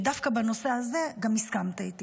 ודווקא בנושא הזה גם הסכמת איתי,